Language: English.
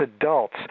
adults